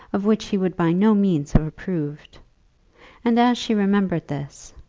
of which he would by no means have approved and as she remembered this,